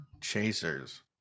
chasers